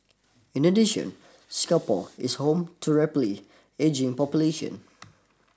in addition Singapore is home to rapidly ageing population